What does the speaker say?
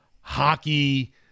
hockey